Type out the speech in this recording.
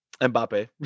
Mbappe